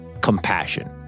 Compassion